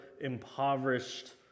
impoverished